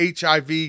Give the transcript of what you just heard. hiv